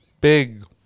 big